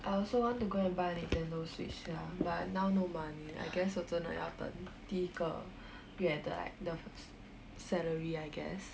I also want to go and buy Nintendo switch lah but I now no money I guess 我真的要等第一个月的 like 的 salary I guess